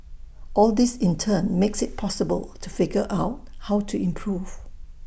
all this in turn makes IT possible to figure out how to improve